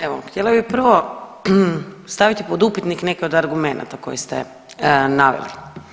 Evo htjela bih prvo staviti pod upitnik neke od argumenata koje ste naveli.